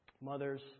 Mothers